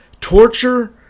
torture